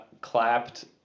clapped